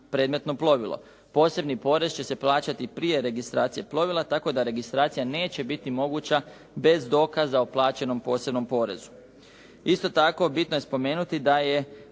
predmetno plovilo. Posebni porez će se plaćati i prije registracije plovila, tako da registracija neće biti moguća bez dokaza o plaćenom posebnom porezu. Isto tako, bitno je spomenuti da je